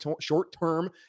short-term